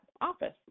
office